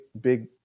big